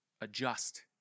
adjust